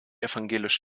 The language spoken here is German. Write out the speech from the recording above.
evangelisch